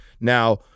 Now